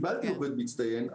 קיבלתי הכרה כעובד מצטיין,